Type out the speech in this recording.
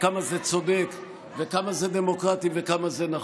וכמה זה צודק וכמה זה דמוקרטי וכמה זה נכון.